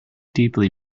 deeply